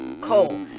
Cole